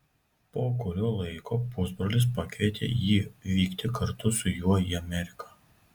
po kurio laiko pusbrolis pakvietė jį vykti kartu su juo į ameriką